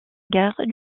guerre